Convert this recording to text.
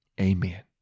amen